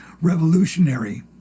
revolutionary